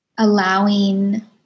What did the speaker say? allowing